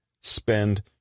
spend